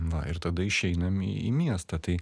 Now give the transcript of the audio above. va ir tada išeinam į miestą tai